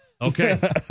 Okay